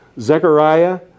Zechariah